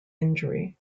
injury